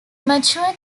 mature